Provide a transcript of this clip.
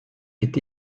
est